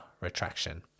retraction